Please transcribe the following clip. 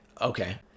Okay